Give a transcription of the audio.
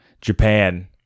Japan